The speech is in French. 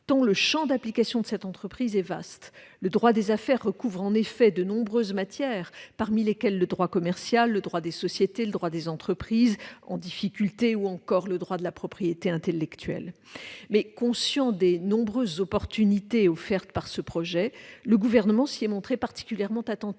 tant le champ d'application de cette entreprise est vaste. Le droit des affaires recouvre en effet de nombreuses matières, parmi lesquelles le droit commercial, le droit des sociétés, le droit des entreprises en difficulté ou encore le droit de la propriété intellectuelle. Conscient des nombreuses opportunités offertes par ce projet, le Gouvernement s'y est montré particulièrement attentif.